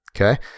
Okay